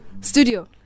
Studio